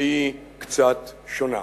והיא קצת שונה.